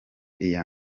iya